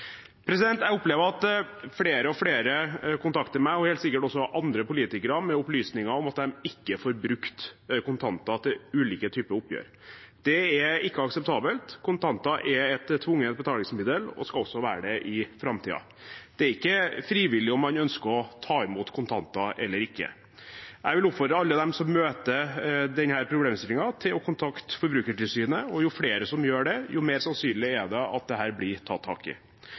Jeg opplever at flere og flere kontakter meg, og helt sikkert også andre politikere, med opplysninger om at de ikke får brukt kontanter til ulike typer oppgjør. Det er ikke akseptabelt. Kontanter er et tvungent betalingsmiddel og skal også være det i framtiden. Det er ikke frivillig om man ønsker å ta imot kontanter eller ikke. Jeg vil oppfordre alle dem som møter denne problemstillingen, til å kontakte Forbrukertilsynet. Jo flere som gjør det, jo mer sannsynlig er det at dette blir tatt tak i.